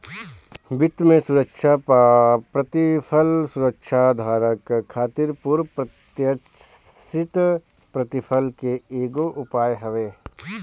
वित्त में सुरक्षा पअ प्रतिफल सुरक्षाधारक खातिर पूर्व प्रत्याशित प्रतिफल के एगो उपाय हवे